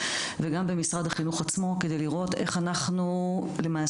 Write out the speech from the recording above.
וגם במשרד החינוך עצמו כדי לראות איך אנחנו למעשה,